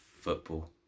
football